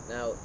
Now